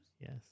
Yes